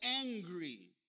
angry